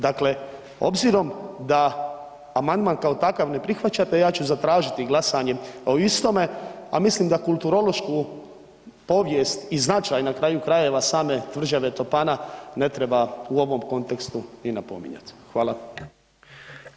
Dakle, obzirom da amandman kao takav ne prihvaćate, ja ću zatražiti glasanje o istome, a mislim da kulturološku povijest i značaj na kraju krajeva same tvrđave Topana ne treba u ovom kontekstu ni napominjat.